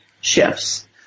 shifts